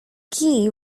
gee